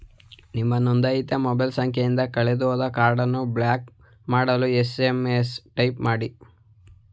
ನಿಮ್ಮ ನೊಂದಾಯಿತ ಮೊಬೈಲ್ ಸಂಖ್ಯೆಯಿಂದ ಕಳೆದುಹೋದ ಕಾರ್ಡನ್ನು ಬ್ಲಾಕ್ ಮಾಡಲು ಎಸ್.ಎಂ.ಎಸ್ ಟೈಪ್ ಮಾಡಿ